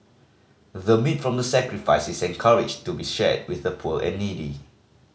the meat from the sacrifice is encouraged to be shared with the poor and needy